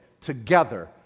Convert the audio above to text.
together